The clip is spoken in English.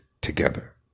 together